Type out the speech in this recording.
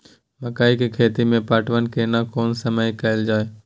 मकई के खेती मे पटवन केना कोन समय कैल जाय?